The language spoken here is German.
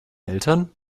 eltern